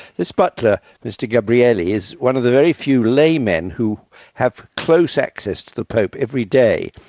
this butler mr gabriele is one of the very few laymen who have close access to the pope every day.